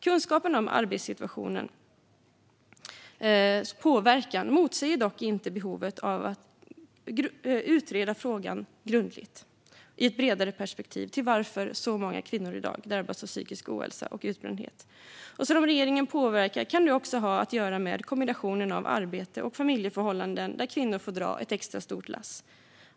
Kunskapen om arbetssituationens påverkan motsäger dock inte behovet av att i ett bredare perspektiv grundligt utreda frågan varför så många kvinnor i dag drabbas av psykisk ohälsa och utbrändhet. Som regeringen påpekar kan det även ha att göra med kombinationen av arbete och familjeförhållanden, där kvinnor får dra ett extra stort lass.